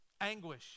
Anguish